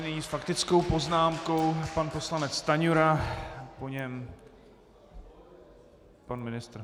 Nyní s faktickou poznámkou pan poslanec Stanjura a po něm pan ministr.